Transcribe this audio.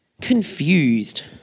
Confused